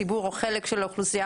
ציבור או חלקים של האוכלוסייה,